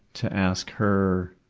to ask her